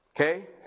Okay